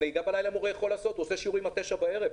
מורים מלמדים עד השעה 21.00,